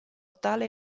tale